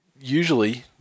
usually